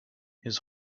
his